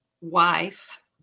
wife